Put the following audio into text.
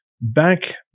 back